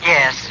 Yes